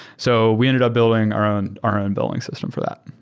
so we ended up building our own our own billing system for that.